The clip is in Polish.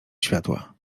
światła